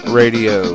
radio